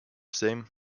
same